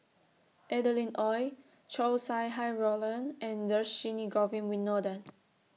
Adeline Ooi Chow Sau Hai Roland and Dhershini Govin Winodan